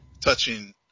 touching